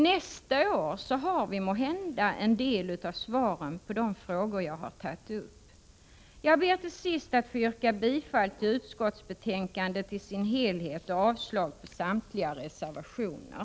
Nästa år har vi kanske en del av svaren på de frågor som jag har tagit upp. Jag ber till sist att få yrka bifall till hemställan i utskottsbetänkandet i dess helhet och avslag på samtliga reservationer.